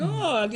הוראת